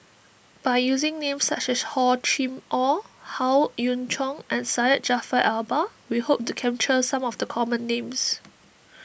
by using names such as Hor Chim or Howe Yoon Chong and Syed Jaafar Albar we hope to capture some of the common names